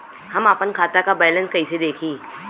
हम आपन खाता क बैलेंस कईसे देखी?